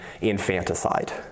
infanticide